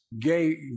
gay